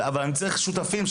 אבל אני צריך שותפים,